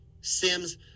Sims